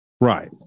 Right